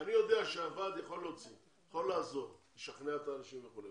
אני יודע שהוועד יכול לעזור לשכנע את האנשים וכו'.